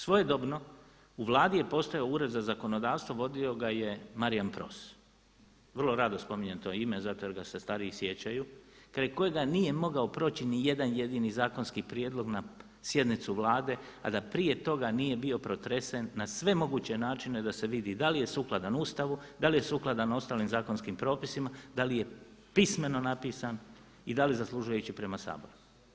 Svojedobno u Vladi je postao ured za zakonodavstvo, vodio ga je Marijan Pros, vrlo rado spominjem to ime zato jer ga se stariji sjećaju, kraj kojega nije mogao proći nijedan jedini zakonski prijedlog na sjednicu Vlade, a da prije toga nije bio protresen na sve moguće načine da se vidi da li je sukladan Ustavu, da li je sukladan ostalim zakonskim propisima, da li je pismeno napisan i da li zaslužuje ići prema Saboru.